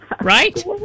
Right